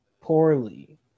poorly